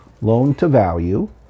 loan-to-value